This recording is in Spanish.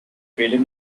philip